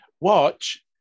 Watch